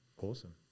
awesome